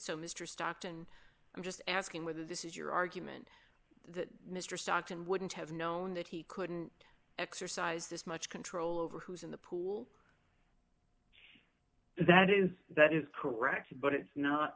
so mr stockton i'm just asking whether this is your argument that mr stockton wouldn't have known that he couldn't exercise this much control over who's in the pool that is that is correct but it's not